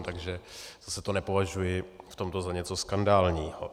Takže zase to nepovažuji v tomto za něco skandálního.